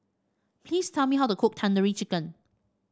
please tell me how to cook Tandoori Chicken